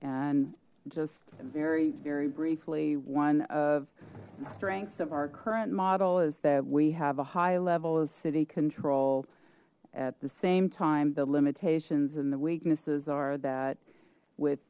and just very very briefly one of the strengths of our current model is that we have a high level of city control at the same time the limitations and the weaknesses are that with